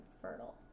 fertile